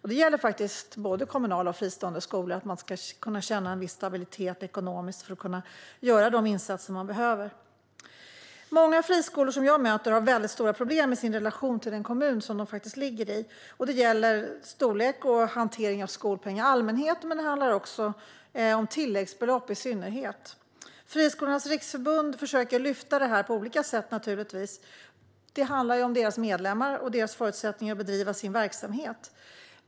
Detta gäller för såväl kommunala som fristående skolor - man ska kunna känna en viss stabilitet ekonomiskt för att kunna göra de insatser som krävs. Många friskolor som jag möter har stora problem i sin relation till den kommun som de ligger i. Det handlar om storlek på och hantering av skolpeng i allmänhet samt om tilläggsbelopp i synnerhet. Friskolornas riksförbund försöker naturligtvis att på olika sätt lyfta upp detta. Det handlar ju om deras medlemmar och om medlemmarnas förutsättningar att bedriva sin verksamhet.